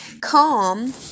calm